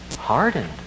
hardened